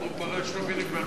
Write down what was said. הוא פרש, ב-2001.